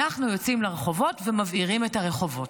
אנחנו יוצאים לרחובות ומבעירים את הרחובות.